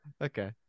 Okay